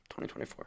2024